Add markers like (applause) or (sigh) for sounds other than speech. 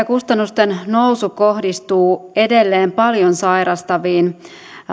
(unintelligible) kustannusten nousu kohdistuu edelleen paljon sairastaviin